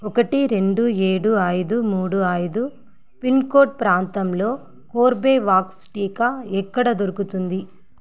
ఒకటి రెండు ఏడు ఐదు మూడు ఐదు పిన్ కోడ్ ప్రాంతంలో కోర్బేవాక్స్ టీకా ఎక్కడ దొరుకుతుంది